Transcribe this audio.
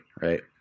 right